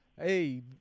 hey